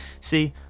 See